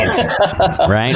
right